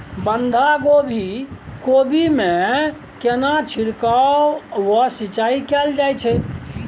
बंधागोभी कोबी मे केना छिरकाव व सिंचाई कैल जाय छै?